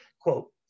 Quote